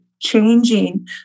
changing